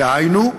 דהיינו,